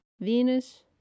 Venus